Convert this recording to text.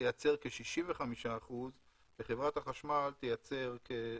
תייצר כ-65% וחברת החשמל תייצר כ-.5%.